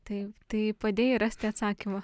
taip tai padėjai rasti atsakymą